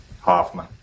Hoffman